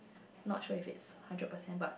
not sure if it's hundred percent but